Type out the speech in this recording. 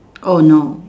oh no